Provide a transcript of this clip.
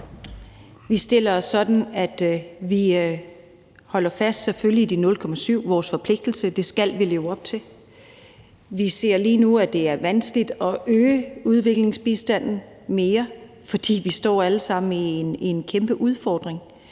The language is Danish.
at vi selvfølgelig holder fast i de 0,7 pct. Det er vores forpligtelse. Det skal vi leve op til. Vi ser lige nu, at det er vanskeligt at øge udviklingsbistanden mere, fordi vi alle sammen står med en kæmpe udfordring.